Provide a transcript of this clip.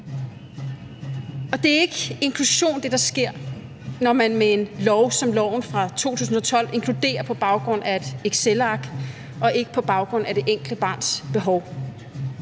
sker, er ikke inklusion, når man med en lov som loven fra 2012 inkluderer på baggrund af et excelark og ikke på baggrund af det enkelte barns behov.